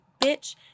bitch